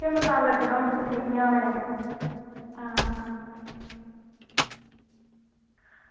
छेमां साल लग्गना हून उस्सी पंज्जें दा होएआ हां हां